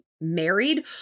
married